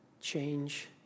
change